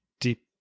deep